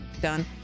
done